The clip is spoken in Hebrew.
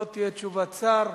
לא תהיה תשובת שר.